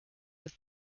with